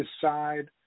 decide